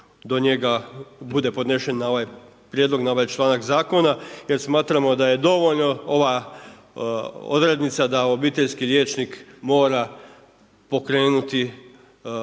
do njega bude podnesen na ovaj prijedlog, na ovaj članak zakona jer smatramo da je dovoljno ova odrednica da obiteljski liječnik mora pokrenuti